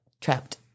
trapped